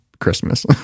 Christmas